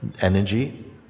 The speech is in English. energy